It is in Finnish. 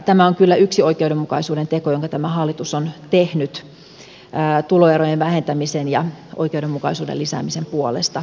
tämä on kyllä yksi oikeudenmukaisuuden teko jonka tämä hallitus on tehnyt tuloerojen vähentämisen ja oikeudenmukaisuuden lisäämisen puolesta